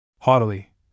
Haughtily